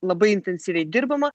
labai intensyviai dirbama